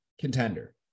contender